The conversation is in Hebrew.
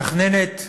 מתכננת,